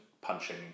punching